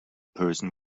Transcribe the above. person